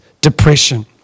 depression